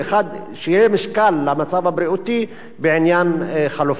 משקל למצב הבריאותי בעניין חלופת מעצר.